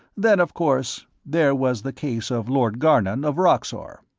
then, of course, there was the case of lord garnon of roxor.